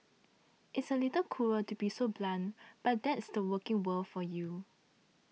it's a little cruel to be so blunt but that's the working world for you